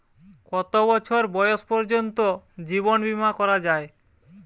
কত বছর বয়স পর্জন্ত জীবন বিমা করা য়ায়?